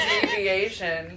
deviation